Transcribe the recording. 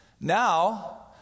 now